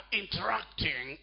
interacting